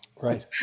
Right